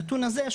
הנתון הזה,